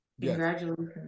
Congratulations